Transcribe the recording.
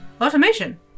automation